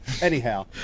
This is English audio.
Anyhow